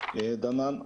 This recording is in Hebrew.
התקנות דנן.